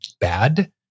bad